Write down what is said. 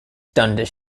dundas